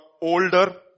older